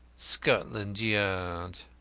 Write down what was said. scotland yard.